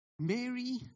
Mary